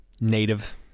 Native